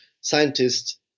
scientists